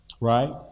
right